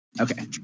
Okay